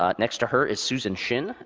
ah next to her is susan shin,